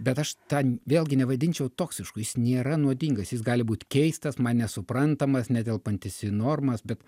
bet aš tą vėlgi nevadinčiau toksišku jis nėra nuodingas jis gali būt keistas man nesuprantamas netelpantis į normas bet